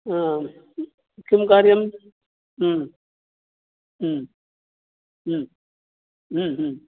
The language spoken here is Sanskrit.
आम् किं कार्यं